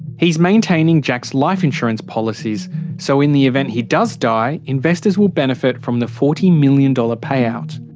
he is maintaining jack's life insurance policies so, in the event he does die, investors will benefit from the forty million dollars payout.